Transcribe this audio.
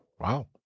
Wow